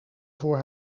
voor